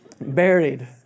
Buried